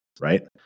right